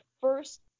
first